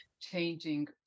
changing